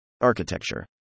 architecture